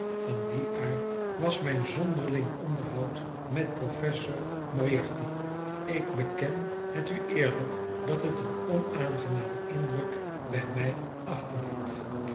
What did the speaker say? van dien aard was mijn zonderling onderhoud met professor moriarty ik beken het u eerlijk dat het een onaangenamen indruk bij mij achterliet